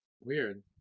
Weird